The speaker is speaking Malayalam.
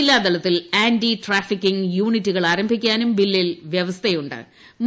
ജില്ലാതലത്തിൽ ആന്റി ട്രാഫിക്ടിങ്ങ് യൂണിറ്റുകൾ ആരംഭിക്കാനും ബില്ലിൽ വ്യവസ്ഥയു ്